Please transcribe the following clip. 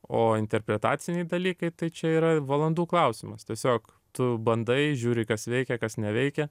o interpretaciniai dalykai tai čia yra valandų klausimas tiesiog tu bandai žiūri kas veikia kas neveikia